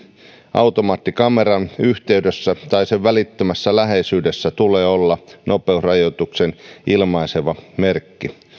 automaattikameran yhteydessä tai sen välittömässä läheisyydessä tulee olla nopeusrajoituksen ilmaiseva merkki